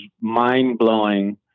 mind-blowing